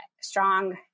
strong